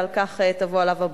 ועל כך תבוא עליו הברכה.